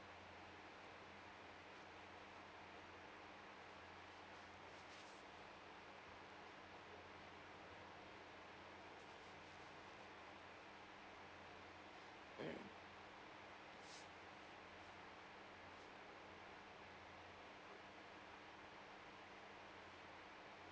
mm